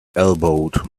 elbowed